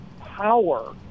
power